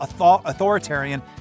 authoritarian